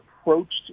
approached